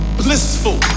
blissful